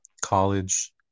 college